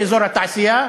באזור התעשייה,